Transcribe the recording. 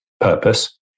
purpose